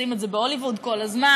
עושים את זה בהוליווד כל הזמן,